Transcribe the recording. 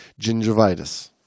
gingivitis